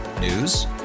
News